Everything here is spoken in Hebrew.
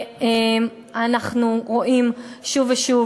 אנחנו רואים שוב ושוב,